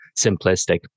simplistic